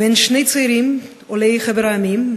בין שני צעירים עולי חבר המדינות,